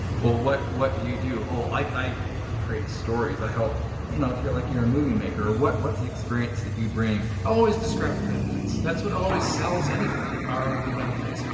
well, what what do you do? oh, like i i create stories, i help you know, if you're like you're a movie maker. what's the experience that you bring. always describe the benefits. that's what always sells anyway, are the benefits.